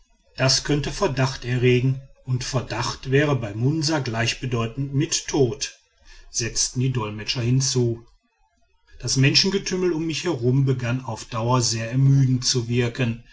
das könnte verdacht erregen und verdacht wäre bei munsa gleichbedeutend mit tod setzten die dolmetscher hinzu das menschengetümmel um mich herum begann auf die dauer sehr ermüdend zu wirken